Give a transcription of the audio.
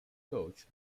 coach